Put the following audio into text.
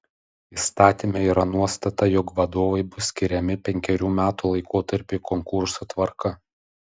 įstatyme yra nuostata jog vadovai bus skiriami penkerių metų laikotarpiui konkurso tvarka